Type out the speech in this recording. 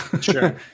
sure